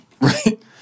Right